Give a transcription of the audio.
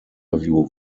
interview